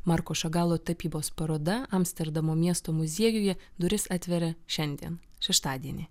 marko šagalo tapybos paroda amsterdamo miesto muziejuje duris atveria šiandien šeštadienį